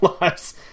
lives